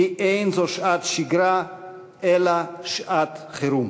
כי אין זו שעת שגרה אלא שעת חירום.